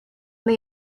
they